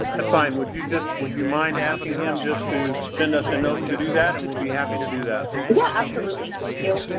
that's fine. would you just would you mind asking him just to send us a note to do that? and we'll be happy to do that. yeah, absolutely. thank you.